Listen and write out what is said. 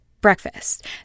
breakfast